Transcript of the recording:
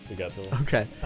Okay